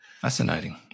Fascinating